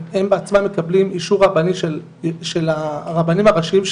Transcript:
הם בעצמם מקבלים אישור רבני של הרבנים הראשיים שלהם,